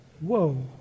Whoa